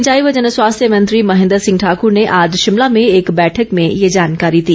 सिंचाई व जनस्वास्थ्य मंत्री महेन्द्र सिंह ठाकुर ने ॅआज शिमला में एक बैठक में ये जानकारी दी